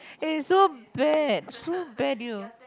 eh so bad so bad you